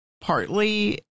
partly